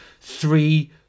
three